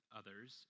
others